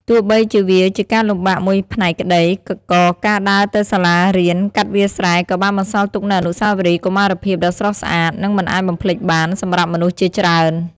ទោះបីជាវាជាការលំបាកមួយផ្នែកក្តី ក៏ការដើរទៅសាលារៀនកាត់វាលស្រែក៏បានបន្សល់ទុកនូវអនុស្សាវរីយ៍កុមារភាពដ៏ស្រស់ស្អាត និងមិនអាចបំភ្លេចបានសម្រាប់មនុស្សជាច្រើន។